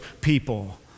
people